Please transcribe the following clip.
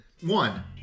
One